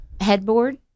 headboard